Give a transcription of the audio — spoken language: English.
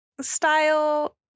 style